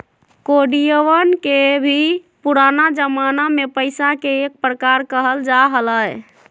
कौडियवन के भी पुराना जमाना में पैसा के एक प्रकार कहल जा हलय